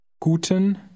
Guten